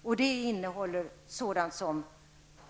Det gäller då t.ex. att det skall vara